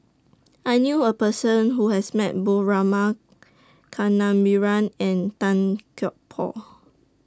I knew A Person Who has Met Both Rama Kannabiran and Tan Por